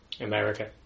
America